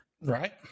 Right